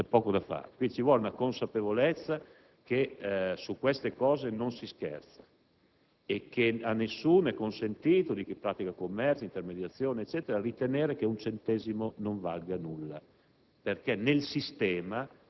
allora c'è poco da fare. Ci vuole consapevolezza che su tali questioni non si scherza e che a nessuno è consentito - a chi pratica commercio, intermediazione, eccetera - ritenere che un centesimo non valga nulla,